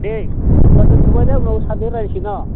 दे होमबा दोन्थबाय दे उनाव सानजों रायलायसिगोन ना